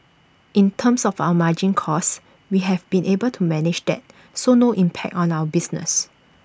in terms of our margin costs we have been able to manage that so no impact on our business